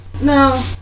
No